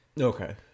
Okay